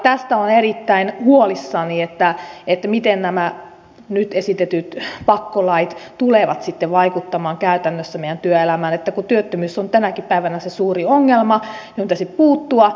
tästä olen erittäin huolissani miten nämä nyt esitetyt pakkolait tulevat sitten vaikuttamaan käytännössä meidän työelämäämme kun työttömyys on tänäkin päivänä se suuri ongelma johon pitäisi puuttua